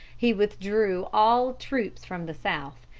he withdrew all troops from the south,